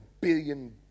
billion